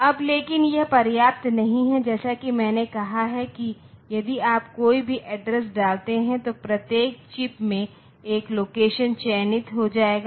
अब लेकिन यह पर्याप्त नहीं है जैसा कि मैंने कहा है कि यदि आप कोई भी एड्रेस डालते हैं तो प्रत्येक चिप में एक लोकेशन चयनित हो जाएगा